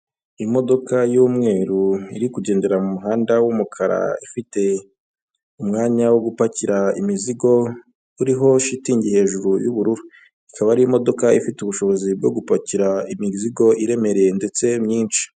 Imodoka y'umweru iri kugendera mu muhanda w'umukara, ifite umwanya wo gupakira imizigo, uriho shitingi hejuru y'ubururu. Ikaba ari imodoka ifite ubushobozi bwo gupakira imizigo iremereye ndetse myinshi.